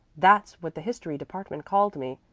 that's what the history department called me.